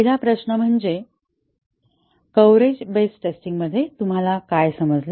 पहिला प्रश्न म्हणजे कव्हरेज बेस्ड टेस्टिंग मध्ये तुम्हाला काय समजते